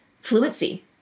fluency